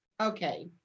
Okay